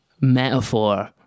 metaphor